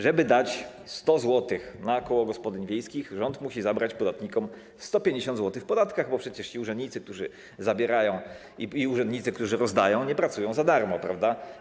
Żeby dać 100 zł na koło gospodyń wiejskich, rząd musi zabrać podatnikom 150 zł w podatkach, bo przecież urzędnicy, którzy zabierają, i urzędnicy, którzy rozdają, nie pracują za darmo, prawda?